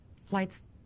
Flights